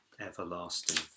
everlasting